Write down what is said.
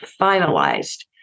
finalized